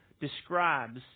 describes